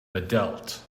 badelt